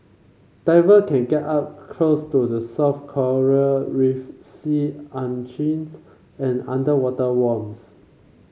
diver can get up close to the soft coral reef sea urchins and underwater worms